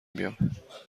بیام